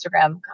Instagram